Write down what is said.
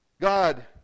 God